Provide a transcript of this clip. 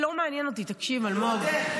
תגלו אתם,